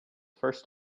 first